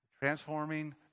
transforming